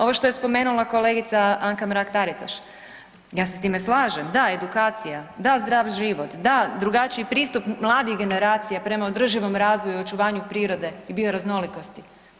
Ovo što je spomenula kolegica Anka Mrak Taritaš ja se s time slažem, da edukacija, da zdrav život, da drugačiji pristup mladih generacija prema održivom razvoju i očuvanju prirode i bioraznolikosti.